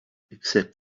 except